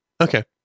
Okay